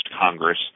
Congress